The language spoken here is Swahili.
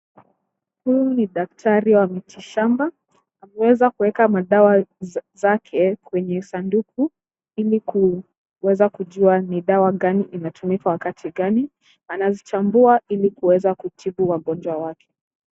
Huyu ni daktari wa mitishamba. Anaweza kuweka madawa zake kwenye sanduku, ili kuweza kujua ni dawa gani inatumika wakati gani. Anazichambua ili kuweza kutibu wagonjwa wake.